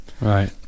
Right